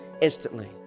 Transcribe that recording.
instantly